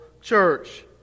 church